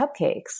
cupcakes